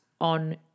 on